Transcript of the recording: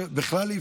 שבכלל,